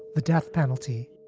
the death penalty.